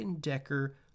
Decker